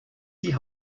die